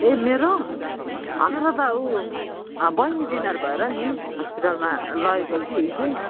ए मेरो मेरो त ऊ बहिनी बिमार भएर नि हस्पिटलमा लगेको कि हिजो